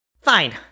Fine